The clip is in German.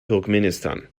turkmenistan